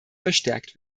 verstärkt